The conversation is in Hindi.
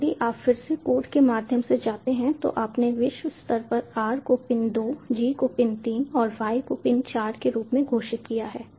अब यदि आप फिर से कोड के माध्यम से जाते हैं तो आपने विश्व स्तर पर r को पिन 2 g को पिन 3 और y को पिन 4 के रूप में घोषित किया है